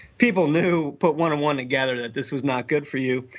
people knew, put one and one together, that this was not good for you,